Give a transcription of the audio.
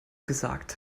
gesagt